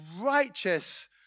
righteous